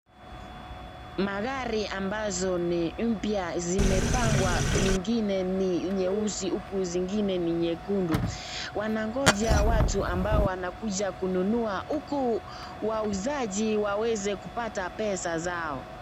Magari ambazo ni mpya imepangwa mingine ni nyeusi huku zingine ni nyekundu. Wanangoja watu ambao wanakuja kununua huku wauzaji waweze kupata pesa zao.